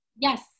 Yes